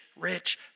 rich